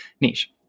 niche